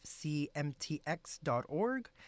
fcmtx.org